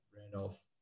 Randolph